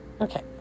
okay